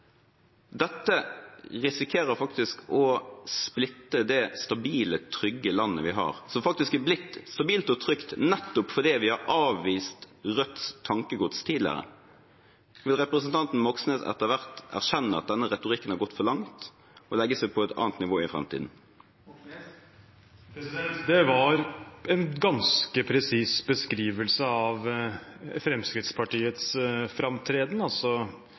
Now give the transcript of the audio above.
Dette risikerer faktisk å splitte det stabile, trygge landet vi har, som faktisk er blitt stabilt og trygt nettopp fordi vi har avvist Rødts tankegods tidligere. Vil representanten Moxnes etter hvert erkjenne at denne retorikken har gått for langt, og legge seg på et annet nivå i framtiden? Det var en ganske presis beskrivelse av Fremskrittspartiets framtreden, altså